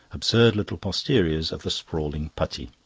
absurd little posteriors of the sprawling putti.